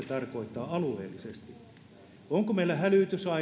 tarkoittaa alueellisesti miten meillä hälytysajat